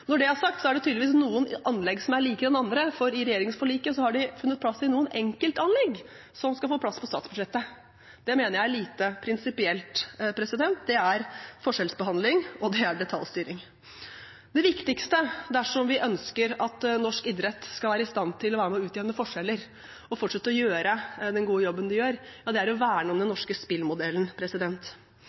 Når det er sagt, er det tydeligvis noen anlegg som er likere enn andre, for i regjeringsforliket har de funnet plass til noen enkeltanlegg som skal få plass på statsbudsjettet. Det mener jeg er lite prinsipielt. Det er forskjellsbehandling, og det er detaljstyring. Det viktigste dersom vi ønsker at norsk idrett skal være i stand til å være med og utjevne forskjeller og fortsette å gjøre den gode jobben den gjør, er å verne om den norske spillmodellen,